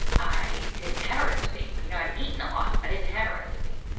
i didn't have a recipe. you know, i had eaten a lot. i didn't have a recipe.